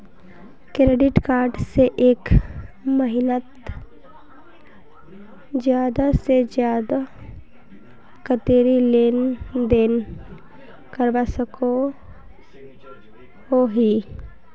Credit card से एक महीनात ज्यादा से ज्यादा कतेरी लेन देन करवा सकोहो ही?